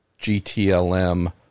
GTLM